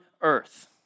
earth